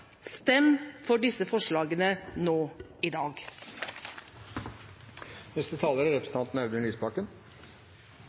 for disse forslagene nå i dag.